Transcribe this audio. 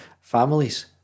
families